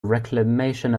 reclamation